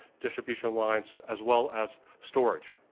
distribution lines, as well as storage.